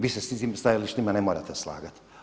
Vi se sa tim stajalištima ne morate slagati.